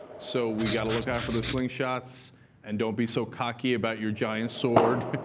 so we've got to look out for the slingshots and don't be so cocky about your giant sword,